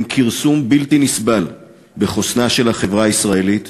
הן כרסום בלתי נסבל בחוסנה של החברה הישראלית,